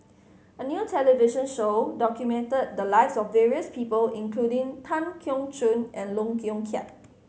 a new television show documented the lives of various people including Tan Keong Choon and Lee Yong Kiat